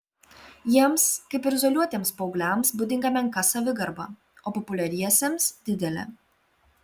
jiems kaip ir izoliuotiems paaugliams būdinga menka savigarba o populiariesiems didelė